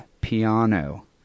piano